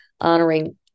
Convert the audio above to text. honoring